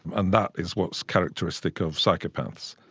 and that is what is characteristic of psychopaths.